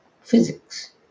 physics